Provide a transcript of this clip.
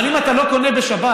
אבל אם אתה לא קונה בשבת,